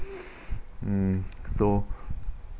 um so